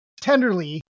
Tenderly